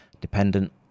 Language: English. dependent